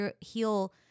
heal